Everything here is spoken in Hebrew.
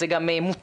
אז זה גם מותר,